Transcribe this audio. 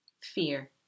Fear